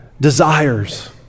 desires